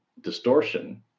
distortion